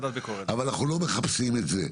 אבל אנחנו לא מחפשים את זה.